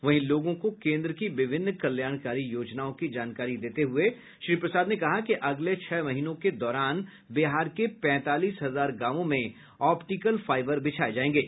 वहीं लोगों को केन्द्र की विभिन्न कल्याणकारी योजनाओं की जानकारी देते हुये श्री प्रसाद ने कहा कि अगले छह महीनों के दौरान बिहार के पैंतालीस हजार गांवों में ऑप्टिकल फाईवर बिछाये जायेंगे